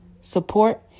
support